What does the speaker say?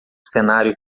cenário